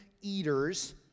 eaters